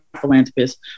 philanthropists